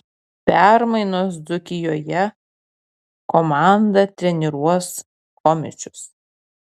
permainos dzūkijoje komandą treniruos chomičius